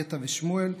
ייטע ושמואל,